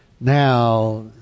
Now